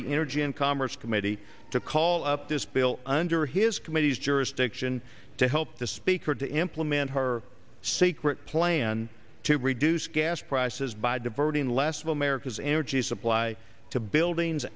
the energy and commerce committee to call up this bill under his committee's jurisdiction to help the speaker to implement her secret plan to reduce gas prices by diverting less of america's energy supply to buildings